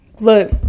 Look